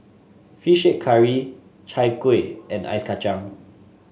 fish head curry Chai Kueh and Ice Kacang